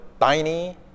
tiny